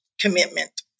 commitment